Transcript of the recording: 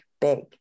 big